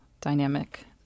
dynamic